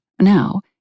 Now